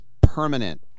permanent